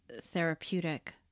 therapeutic